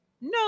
no